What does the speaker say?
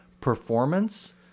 performance